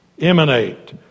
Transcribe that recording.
emanate